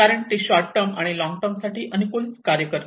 कारण ती short term आणि लॉन्ग टर्म साठी अनुकूल कार्ये करते